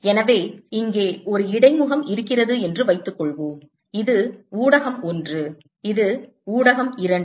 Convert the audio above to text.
எனவே இங்கே ஒரு இடைமுகம் இருக்கிறது என்று வைத்துக்கொள்வோம் இது ஊடகம் 1 இது ஊடகம் 2